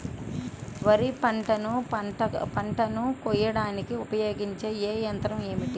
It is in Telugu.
వరిపంటను పంటను కోయడానికి ఉపయోగించే ఏ యంత్రం ఏమిటి?